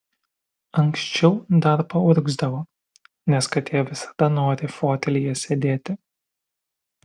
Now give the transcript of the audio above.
anksčiau dar paurgzdavo nes katė visada nori fotelyje sėdėti